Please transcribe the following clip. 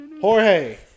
Jorge